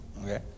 okay